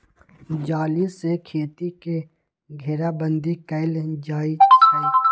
जाली से खेती के घेराबन्दी कएल जाइ छइ